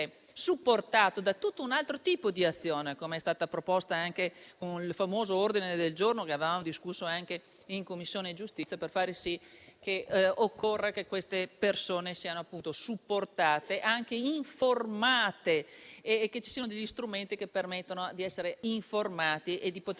supportato da tutto un altro tipo di azione, come è stato proposto anche con il famoso ordine del giorno che avevamo discusso anche in Commissione giustizia, per far sì che queste persone siano supportate ed informate, grazie a strumenti che permettano di essere informati e di poter